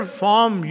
form